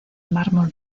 mármol